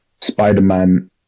Spider-Man